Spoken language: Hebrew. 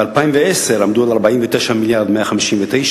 ב-2010 עמדו על 29 מיליארד ו-159